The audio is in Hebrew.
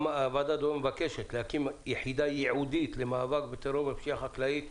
הוועדה מבקשת להקים יחידה ייעודית למאבק בטרור ובפשיעה החקלאית.